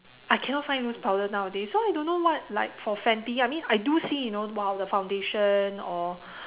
I cannot find loose powder nowadays so I don't know what like for fenty I mean I do see you know !wow! the foundation or